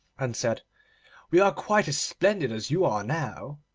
and said we are quite as splendid as you are now